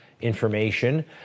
information